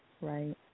right